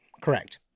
Correct